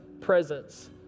presence